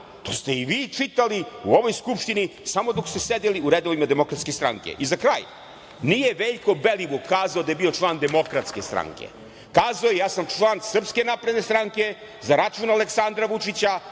to ste i vi čitali u ovoj Skupštini, samo dok ste sedeli u redovima Demokratske stranke.Za kraj, nije Veljko Belivuk kazao da je bio član Demokratske stranke, kazao je - ja sam član Srpske napredne stranke, za račun Aleksandra Vučića